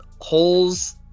holes